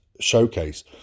showcase